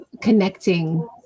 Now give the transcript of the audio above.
connecting